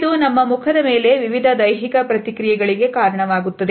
ಇದು ನಮ್ಮ ಮುಖದ ಮೇಲೆ ವಿವಿಧ ದೈಹಿಕ ಪ್ರತಿಕ್ರಿಯೆಗಳಿಗೆ ಕಾರಣವಾಗುತ್ತದೆ